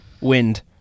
wind